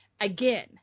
again